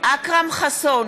אכרם חסון,